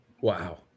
Wow